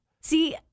See